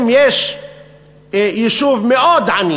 אם יש יישוב מאוד עני